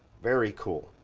very cool.